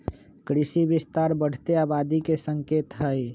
कृषि विस्तार बढ़ते आबादी के संकेत हई